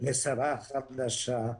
לשרה החדשה.